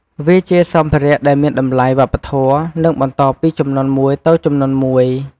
វាជាសម្ភារ:ដែលមានតម្លៃវប្បធម៌ និងបន្តពីជំនាន់មួយទៅជំនាន់មួយ។